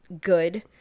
good